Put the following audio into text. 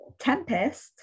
tempest